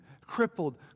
crippled